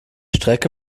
strecke